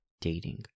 dating